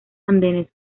andenes